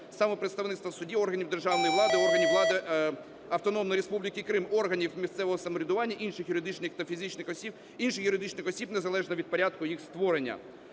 самопредставництва в суді органів державної влади, органів влади Автономної Республіки Крим, органів місцевого самоврядування, інших юридичних та фізичних осіб, інших юридичних осіб незалежно від порядку їх створення".